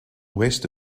west